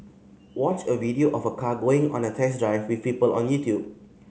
watch a video of a car going on a test drive with people on YouTube